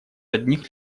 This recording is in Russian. одних